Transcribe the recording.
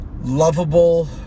lovable